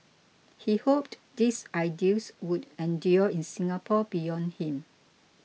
he hoped these ideals would endure in Singapore beyond him